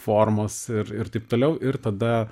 formos ir ir taip toliau ir tada